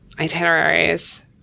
itineraries